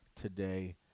today